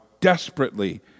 desperately